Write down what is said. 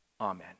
Amen